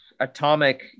atomic